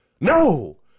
No